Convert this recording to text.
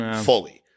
fully